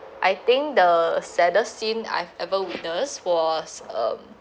I think the saddest scene I've ever witness for was um